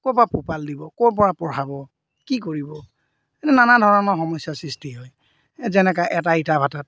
ক'ৰ পৰা পোহপাল দিব ক'ৰ পৰা পঢ়াব কি কৰিব নানা ধৰণৰ সমস্যাৰ সৃষ্টি হয় যেনেকৈ এটা ইটা ভাতাত